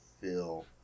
feel